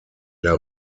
der